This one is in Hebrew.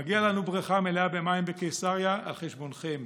מגיעה לנו בריכה מלאה במים בקיסריה על חשבונכם,